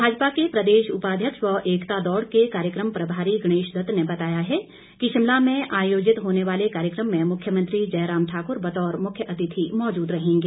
भाजपा के प्रदेश उपाध्यक्ष व एकता दौड़ के कार्यक्रम प्रभारी गणेश दत्त ने बताया है कि शिमला में आयोजित होने वाले कार्यक्रम में मुख्यमंत्री जयराम ठाकुर बतौर मुख्यातिथि मौजूद रहेंगे